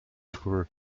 for